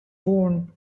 born